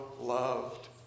loved